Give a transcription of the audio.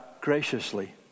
graciously